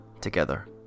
together